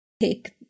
take